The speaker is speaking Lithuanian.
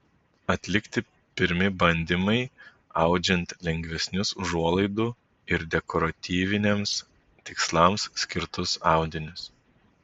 atlikti pirmi bandymai audžiant lengvesnius užuolaidų ir dekoratyviniams tikslams skirtus audinius